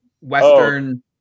western